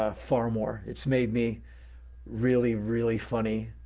ah far more. it's made me really, really funny,